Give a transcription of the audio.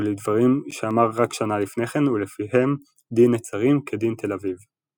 ולדברים שאמר רק שנה לפני כן ולפיהם "דין נצרים כדין תל אביב".